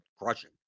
crushing